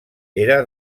era